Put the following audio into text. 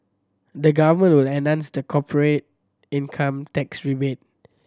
the Government will enhance the corporate income tax rebate